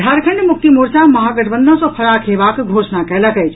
झारंखड मुक्ति मोर्चा महागठबंन सँ फराक हेबाक घोषणा कयलक अछि